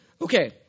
Okay